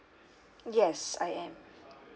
yes I am